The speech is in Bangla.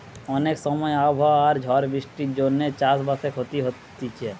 অনেক সময় আবহাওয়া আর ঝড় বৃষ্টির জন্যে চাষ বাসে ক্ষতি হতিছে